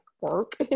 work